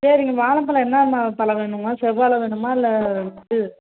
சரிங்க வாழைப் பழம் என்னான்ன பழம் வேணுங்க செவ்வாழை வேணுமா இல்லை இது